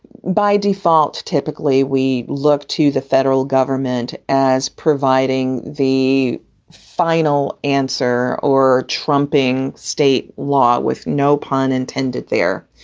by default, typically we look to the federal government as providing the final answer or trumping state law with no pun intended there.